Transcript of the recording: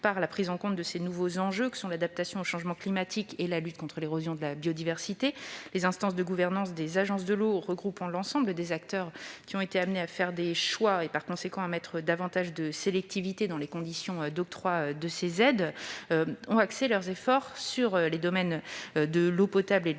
prise en compte de nouveaux enjeux comme l'adaptation au changement climatique et la lutte contre l'érosion de la biodiversité. Les instances de gouvernance des agences de l'eau regroupant l'ensemble des acteurs ont été amenées à faire des choix et, par conséquent, à mettre davantage de sélectivité dans les conditions d'octroi des aides. Les interventions des agences de l'eau ont été recentrées,